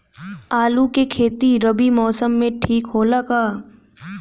आलू के खेती रबी मौसम में ठीक होला का?